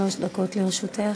שלוש דקות לרשותך.